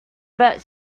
but